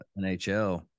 NHL